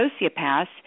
sociopaths